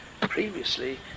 previously